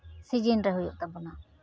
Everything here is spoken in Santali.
ᱥᱤᱡᱤᱱ ᱨᱮ ᱦᱩᱭᱩᱜ ᱛᱟᱵᱚᱱᱟ